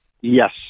Yes